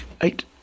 eight